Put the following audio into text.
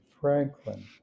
Franklin